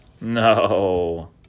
No